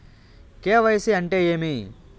KYC అంటే ఏమి?